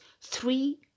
three